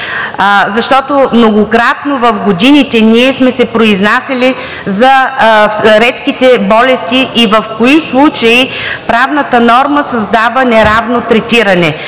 болести. Многократно в годините ние сме се произнасяли за редките болести и в кои случаи правната норма създава неравно третиране.